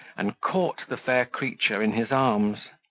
and caught the fair creature in his arms.